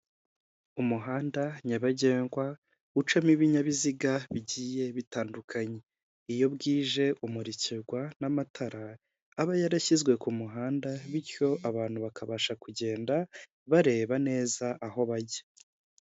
Umuhanda nyabagendwa ucamo ibinyabiziga bigiye bitandukanye, iyo bwije umurikirwa n'amatara aba yarashyizwe ku muhanda bityo abantu bakabasha kugenda bareba neza aho bajya.